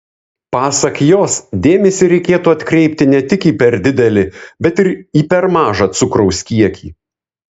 pasak jos dėmesį reikėtų atkreipti ne tik į per didelį bet ir į per mažą cukraus kiekį